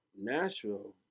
Nashville